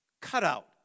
cutout